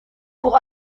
pour